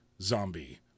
zombie